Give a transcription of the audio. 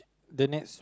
the next